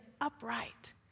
upright